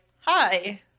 hi